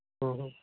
ᱦᱮᱸ ᱦᱮᱸ